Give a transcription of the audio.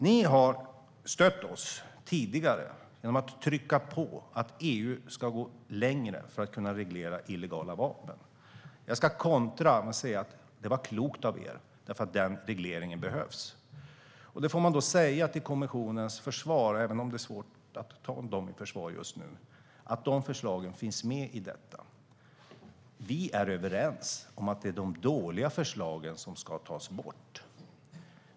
Ni har tidigare stött oss genom att trycka på att EU ska gå längre för att reglera illegala vapen. Jag ska kontra med att säga att det var klokt av er. Den regleringen behövs. Till kommissionens försvar - även om det just nu är svårt att ta den i försvar - måste man säga att dessa förslag finns med. Vi är överens om att det är de dåliga förslagen som ska tas bort.